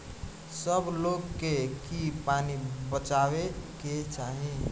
सब लोग के की पानी बचावे के चाही